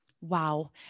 Wow